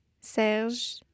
Serge